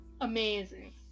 amazing